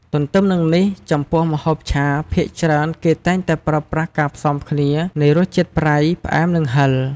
ទ្ទឹមនឹងនេះ ចំពោះម្ហូបឆា ភាគច្រើនគេតែងតែប្រើប្រាស់ការផ្សំគ្នានៃរសជាតិប្រៃ ផ្អែម និងហឹរ។